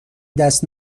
دست